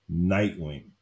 Nightwing